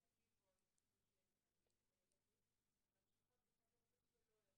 -- כי הם לא חושבים שלפני שלושה חודשים צריך השגחה.